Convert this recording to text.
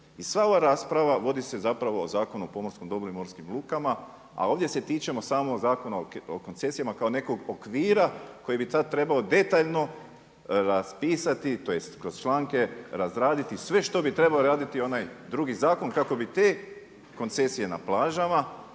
I sva ova rasprava vodi se zapravo o Zakonu o pomorstvom dobru i morskim lukama, a ovdje se tičemo samo Zakona o koncesijama kao nekog okvira koji bi trebao detaljno raspisati, tj. kroz članke razraditi sve što bi trebao raditi onaj drugi zakon, kako bi te koncesije na plažama